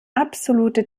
absolute